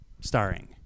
starring